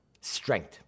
Strength